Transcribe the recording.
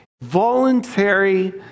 Voluntary